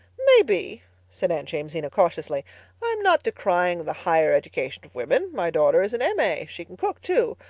maybe, said aunt jamesina cautiously. i am not decrying the higher education of women. my daughter is an m a. she can cook, too.